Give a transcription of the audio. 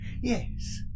Yes